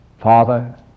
Father